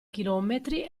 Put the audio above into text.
chilometri